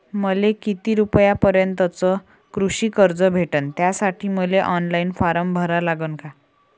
मले किती रूपयापर्यंतचं कृषी कर्ज भेटन, त्यासाठी मले ऑनलाईन फारम भरा लागन का?